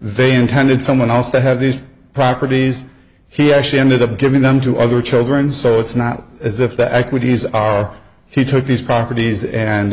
they intended someone else to have these properties he actually ended up giving them to other children so it's not as if the equities are he took his properties and